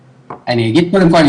אני אגיד קודם כל,